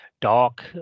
dark